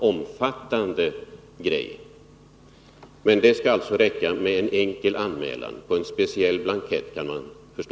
Enligt jordbruksministern skall det tydligen räcka med en enkel anmälan, förmodligen på en speciell blankett.